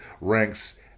ranks